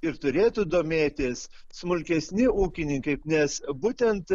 ir turėtų domėtis smulkesni ūkininkai nes būtent